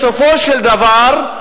בסופו של דבר,